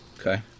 Okay